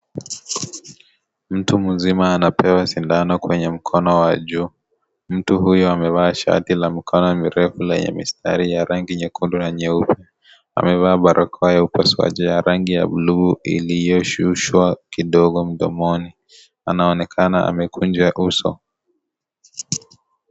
Mtu mzima anapewa sindano kwenye mkono wake wa juu. Mtu huyu amevaa shati lenye mikono mirefu lenye mistari yenye rangi nyekundu na nyeupe . Amevaa barakoa ya upasuaji yenye rangi ya buluu iliyoshushwa kidogo mdomoni. Anaonekana amekunja uso.